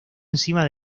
encima